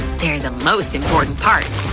they're the most important part.